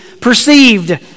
perceived